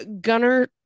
gunner